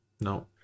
No